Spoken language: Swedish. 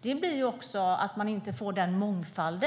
Det innebär att det inte blir samma mångfald.